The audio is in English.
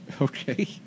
Okay